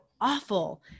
awful